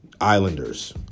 Islanders